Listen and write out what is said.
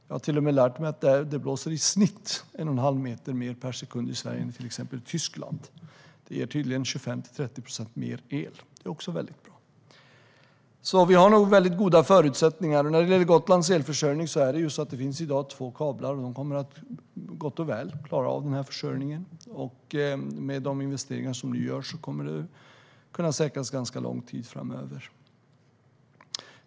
Jag har lärt mig att det blåser i snitt en och en halv meter mer per sekund i Sverige än i Tyskland. Det ger tydligen 25-30 procent mer el, vilket är bra. Vi har alltså goda förutsättningar. Vad gäller Gotlands elförsörjning finns det i dag två kablar. De klarar gott och väl av försörjningen, och med de investeringar som görs kommer den att säkras för ganska lång tid framöver.